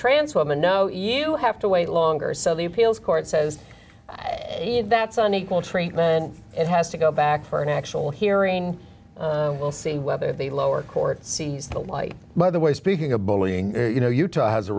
trans woman no you have to wait longer so the appeals court says that's on equal treatment and has to go back for an actual hearing we'll see whether the lower court sees the light by the way speaking of bullying you know utah